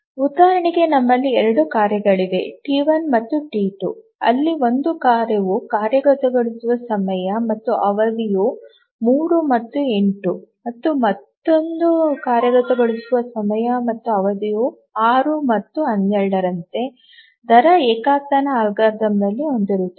ಉದಾಹರಣೆಗೆ ನಮ್ಮಲ್ಲಿ 2 ಕಾರ್ಯಗಳಿವೆ ಟಿ 1 ಮತ್ತು ಟಿ 2 ಅಲ್ಲಿ ಒಂದು ಕಾರ್ಯವು ಕಾರ್ಯಗತಗೊಳಿಸುವ ಸಮಯ ಮತ್ತು ಅವಧಿಯನ್ನು 3 ಮತ್ತು 8 ಮತ್ತು ಮತ್ತೊಂದು ಕಾರ್ಯ ಕಾರ್ಯಗತಗೊಳಿಸುವ ಸಮಯ ಮತ್ತು ಅವಧಿಯನ್ನು 6 ಮತ್ತು 12 ರಂತೆ ದರ ಏಕತಾನ ಅಲ್ಗಾರಿದಮ್ನಲ್ಲಿ ಹೊಂದಿರುತ್ತದೆ